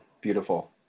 Beautiful